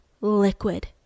liquid